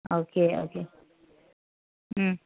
okay okay um